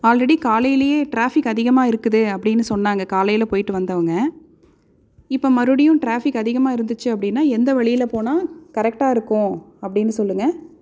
already காலையிலேயே traffic அதிகமாக இருக்குது அப்படினு சொன்னாங்க காலையில் போயிவிட்டு வந்தவங்க இப்போ மறுபடியும் டிராபிக் அதிகமாக இருந்துச்சு அப்படினா எந்த வழியில் போனா கரெக்டாக இருக்கும் அப்படினு சொல்லுங்கள்